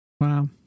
Wow